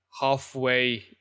halfway